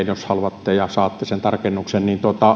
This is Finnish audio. jos haluatte saatte sen tarkennuksen